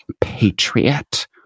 Patriot